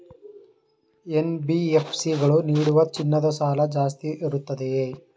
NBFC ಗಳು ನೀಡುವ ಚಿನ್ನದ ಸಾಲ ಜಾಸ್ತಿ ಇರುತ್ತದೆಯೇ?